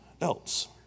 else